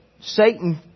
Satan